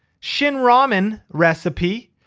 shin ramyun recipe.